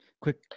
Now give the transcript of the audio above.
Quick